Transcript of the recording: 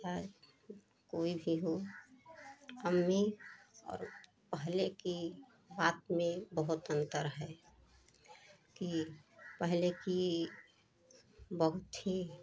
या कोई भी हो अब में और पहले कि बात में बहोत अंतर है कि पहले कि बहुत ही